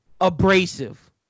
abrasive